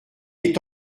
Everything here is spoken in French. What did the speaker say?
est